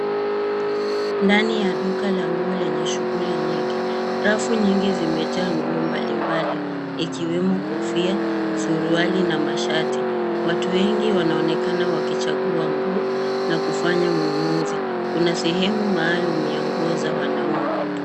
Ndani ya duka la nguo lenye shughuli nyingi rafu nyingi zimejaa nguo mbali mbali ikiwemo kofia suruali na mashati watu wengi wanaonekana wakichagua nguo na kufanya ununuzi kuna sehemu maalum ya nguo za wanaume.